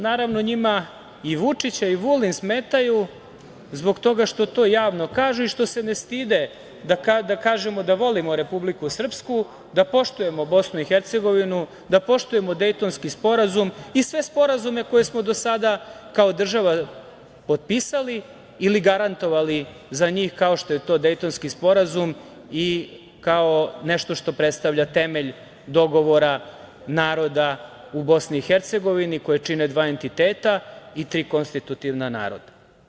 Naravno, njima i Vučić i Vulin smetaju zbog toga što to javno kažu i što se ne stide da kažu da volimo Republiku Srpsku, da poštujemo BiH, da poštujemo Dejtonski sporazum i sve sporazume koje smo do sada kao država potpisali ili garantovali za njih, kao što je to Dejtonski sporazum i kao nešto što predstavlja temelj dogovora naroda u BiH, koju čine dva entiteta i tri konstitutivna naroda.